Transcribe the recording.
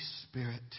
Spirit